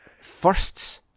firsts